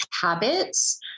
habits